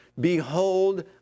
behold